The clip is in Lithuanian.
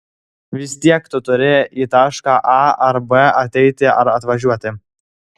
vis tiek tu turi į tašką a ar b ateiti ar atvažiuoti